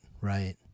Right